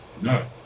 No